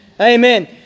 Amen